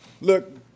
Look